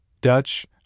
Dutch